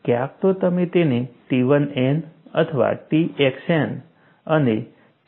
ક્યાંક તો તમે તેને T1n અથવા TXn અને TYn તરીકે મૂકી શકો છો